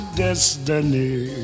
destiny